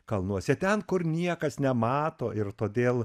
kalnuose ten kur niekas nemato ir todėl